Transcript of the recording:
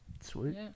sweet